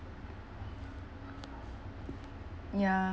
ya